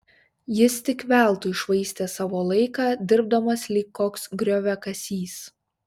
jis tik veltui švaistė savo laiką dirbdamas lyg koks grioviakasys